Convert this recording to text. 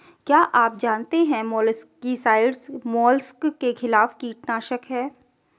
क्या आप जानते है मोलस्किसाइड्स मोलस्क के खिलाफ कीटनाशक हैं?